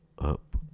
Up